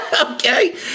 Okay